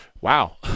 wow